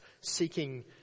seeking